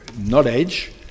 knowledge